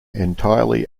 entirely